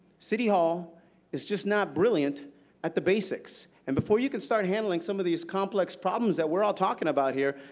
city hall is just not brilliant at the basics. and before you can start handling some of these complex problems that we're all talking about here,